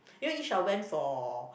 you know Yisha went for